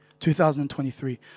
2023